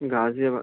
غازی آباد